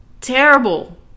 terrible